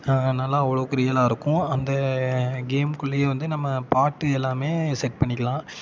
நல்லா அவ்வளவுக்கு ரியலாக இருக்கும் அந்த கேம்குள்ளேயே வந்து நம்ம பாட்டு எல்லாமே செட் பண்ணிக்கலாம்